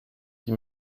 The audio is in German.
die